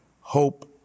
hope